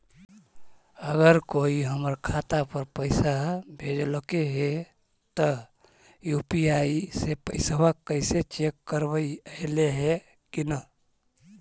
अगर कोइ हमर खाता पर पैसा भेजलके हे त यु.पी.आई से पैसबा कैसे चेक करबइ ऐले हे कि न?